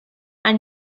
and